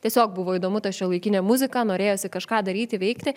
tiesiog buvo įdomu ta šiuolaikinė muzika norėjosi kažką daryti veikti